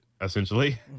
essentially